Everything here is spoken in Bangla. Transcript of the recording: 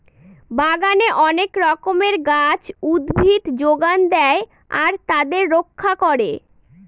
বাগানে অনেক রকমের গাছ, উদ্ভিদ যোগান দেয় আর তাদের রক্ষা করে